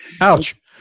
Ouch